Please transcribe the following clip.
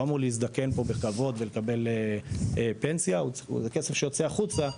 לא אמור להזדקן פה בכבוד ולקבל פנסיה ולמרות זאת זה כסף שיוצא החוצה,